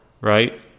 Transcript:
right